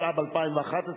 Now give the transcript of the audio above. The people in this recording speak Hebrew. התשע"ב 2011,